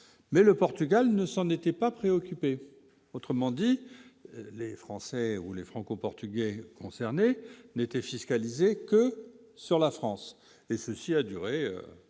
mais le Portugal ne s'en était pas préoccupé, autrement dit les Français ou les Franco-Portugais concernés n'étaient fiscalisés que sur la France et ceci a duré une